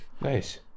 Nice